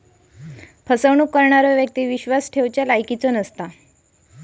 फसवणूक करणारो व्यक्ती विश्वास ठेवच्या लायकीचो नसता